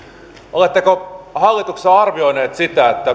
oletteko hallituksessa arvioineet sitä